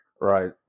Right